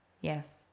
Yes